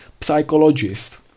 psychologist